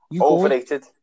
Overrated